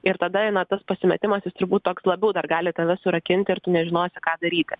ir tada eina tas pasimetimas jis turbūt toks labiau dar gali tave surakinti ir tu nežinosi ką daryti